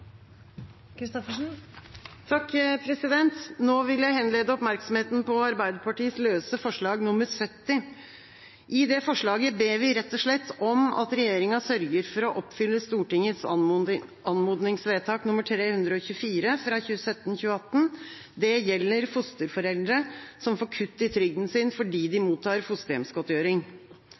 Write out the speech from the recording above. Nå vil jeg henlede oppmerksomheten på Arbeiderpartiets løse forslag nr. 70. I forslaget ber vi rett og slett om at regjeringa sørger for å oppfylle Stortingets anmodningsvedtak nr. 324 for 2017–2018. Det gjelder fosterforeldre som får kutt i trygden sin fordi de mottar fosterhjemsgodtgjøring.